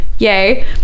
Yay